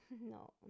No